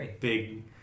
big